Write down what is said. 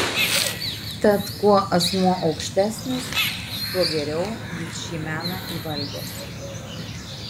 tad kuo asmuo aukštesnis tuo geriau jis šį meną įvaldęs